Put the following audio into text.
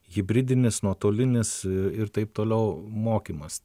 hibridinis nuotolinis ir taip toliau mokymas